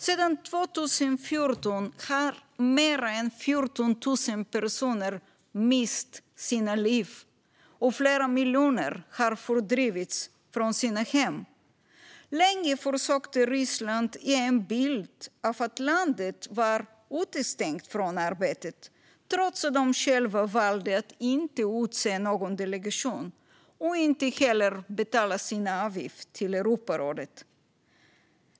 Sedan 2014 har mer än 14 000 personer mist sina liv, och flera miljoner har fördrivits från sina hem. Länge försökte Ryssland ge en bild av att landet var utestängt från arbetet, trots att de själva valde att inte utse någon delegation och inte heller betalade sin avgift till Europarådet.